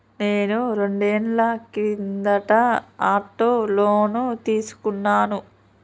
నేను రెండేళ్ల కిందట ఆటో లోను తీసుకున్నాను